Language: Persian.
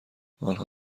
آنها